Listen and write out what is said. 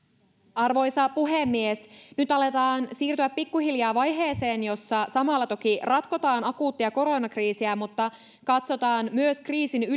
arvoisa puhemies nyt aletaan siirtyä pikkuhiljaa vaiheeseen jossa samalla toki ratkotaan akuuttia koronakriisiä mutta katsotaan myös kriisin